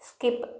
skip